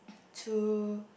too